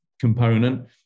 component